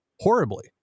horribly